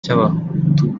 cy’abahutu